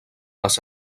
les